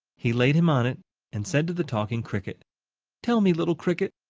he laid him on it and said to the talking cricket tell me, little cricket,